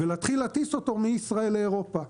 ולהתחיל להטיס אותו מישראל לאירופה,